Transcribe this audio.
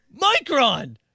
Micron